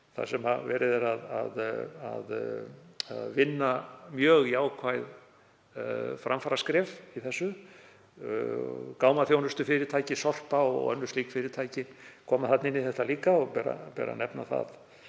þar sem verið er að vinna mjög jákvæð framfaraskref í þessu. Gámaþjónustufyrirtæki, Sorpa og önnur slík fyrirtæki koma inn í þetta líka og ber að nefna það.